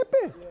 happy